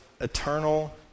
eternal